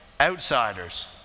outsiders